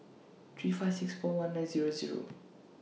three five six four one nine Zero Zero